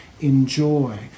enjoy